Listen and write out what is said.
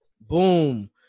Boom